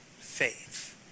faith